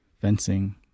fencing